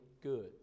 good